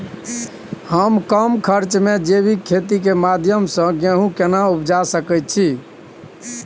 हम कम खर्च में जैविक खेती के माध्यम से गेहूं केना उपजा सकेत छी?